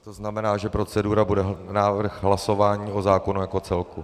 To znamená, že procedura bude návrh hlasování o zákonu jako celku.